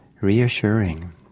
reassuring